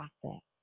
process